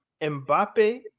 Mbappe